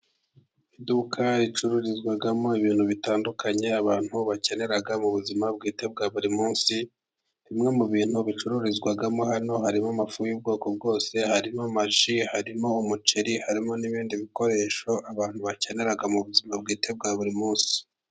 Iduka ricururizwamo ibintu bitandukanye abantu bakenera mu buzima bwite bwa buri munsi. Bimwe mu bintu bicururizwamo hano, harimo amafu y'ubwoko bwose, harimo amaji, harimo umuceri, harimo n'ibindi bikoresho abantu bakenera mu buzima bwite bwa buri munsi.